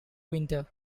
winter